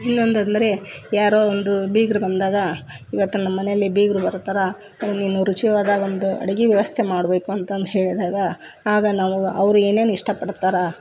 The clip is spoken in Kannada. ಇನ್ನೊಂದು ಅಂದರೆ ಯಾರೋ ಒಂದು ಬೀಗ್ರ ಬಂದಾಗ ಇವತ್ತು ನಮ್ಮ ಮನೆಯಲ್ಲಿ ಬೀಗ್ರು ಬರ್ತಾರೆ ಓ ನೀನು ರುಚಿಯಾದ ಒಂದು ಅಡುಗೆ ವ್ಯವಸ್ಥೆ ಮಾಡಬೇಕು ಅಂತಂದು ಹೇಳಿದಾಗ ಆಗ ನಾವು ಅವ್ರು ಏನೇನು ಇಷ್ಟ ಪಡ್ತಾರೆ